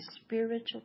spiritual